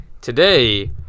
Today